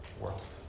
world